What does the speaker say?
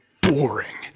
boring